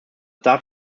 darf